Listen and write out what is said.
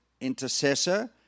intercessor